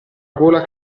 gola